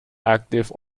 active